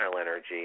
energy